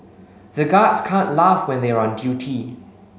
the guards can't laugh when they are on duty